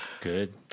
good